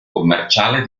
commerciale